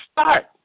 start